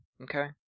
Okay